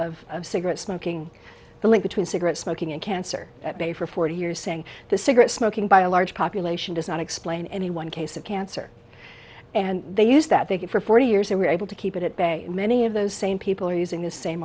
denial of cigarette smoking the link between cigarette smoking and cancer at bay for forty years saying the cigarette smoking by a large population does not explain any one case of cancer and they use that they can for forty years they were able to keep it at bay and many of those same people are using the same